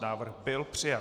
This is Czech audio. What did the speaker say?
Návrh byl přijat.